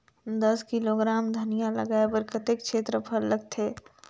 दस किलोग्राम धनिया लगाय बर कतेक क्षेत्रफल लगथे?